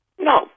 No